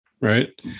right